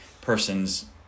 person's